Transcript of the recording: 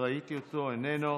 איננו,